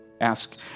ask